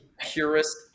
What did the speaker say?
purest